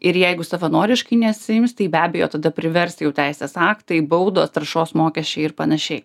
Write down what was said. ir jeigu savanoriškai nesiims tai be abejo tada privers jų teisės aktai baudos taršos mokesčiai ir panašiai